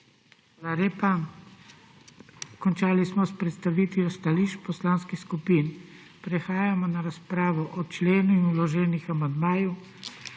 lepa. Končali smo s predstavitvijo stališč poslanskih skupin. Prehajamo na razpravo o členu in vloženih amandmajih